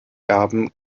erben